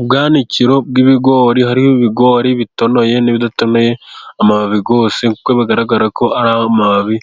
Ubwanikiro bw'ibigori hariho ibigori bitonoye n'ibidatonoye amababi yose kuko bigaragara ko ari amababi